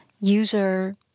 user